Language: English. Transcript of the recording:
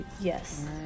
Yes